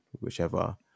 whichever